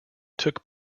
took